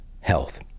health